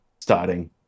starting